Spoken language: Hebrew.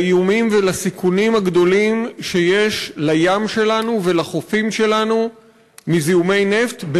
לאיומים ולסיכונים הגדולים שיש לים שלנו ולחופים שלנו מזיהומי נפט,